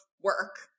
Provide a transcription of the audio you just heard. work